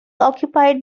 occupied